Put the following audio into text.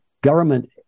government